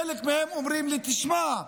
חלק מהם אומרים לי: תשמע,